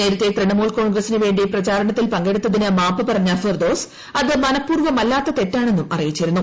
നേരത്തെ തൃണമൂൽ കോൺഗ്രസിന് വേണ്ടി പ്രചാരണത്തിൽ പങ്കെടുത്തിന് മാപ്പ് പറഞ്ഞ ഫെർദ്ദോസ്സ് അത് മനപ്പൂർവ്വമല്ലാത്ത തെറ്റാണെന്നും അറിയിച്ചിരുന്നു